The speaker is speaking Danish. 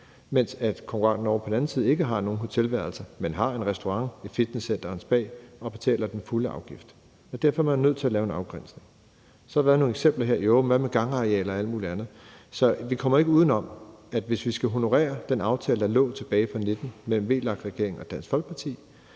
mens konkurrenten ovre på den anden side ikke har nogen hotelværelser, men har en restaurant, et fitnesscenter og et spa og betaler den fulde afgift. Det er derfor, man er nødt til at lave en afgrænsning. Så er der lavet nogle eksempler her: Hvad med gangareal og alt muligt andet? Vi kommer ikke udenom, at hvis vi skal honorere den aftale, der ligger tilbage fra 2019 mellem VLAK-regeringen og Dansk Folkeparti,